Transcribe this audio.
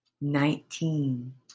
nineteen